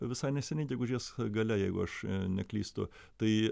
visai neseniai gegužės gale jeigu aš neklystu tai